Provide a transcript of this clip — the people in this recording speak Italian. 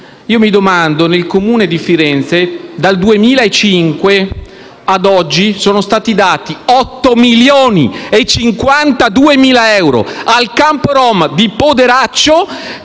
come mai nel Comune di Firenze dal 2005 ad oggi sono stati dati 8 milioni e 52.000 euro al campo rom di Poderaccio.